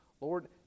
Lord